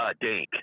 dink